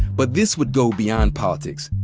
but this would go beyond politics.